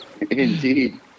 Indeed